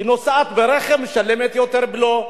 היא נוסעת ברכב, משלמת יותר בלו,